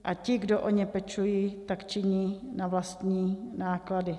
A ti, kdo o ně pečují, tak činí na vlastní náklady.